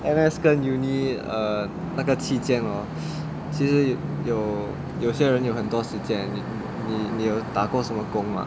N_S 跟 uni err 那个期间 hor 其实有有些人有很多时间你你有打过什么工吗